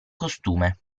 costume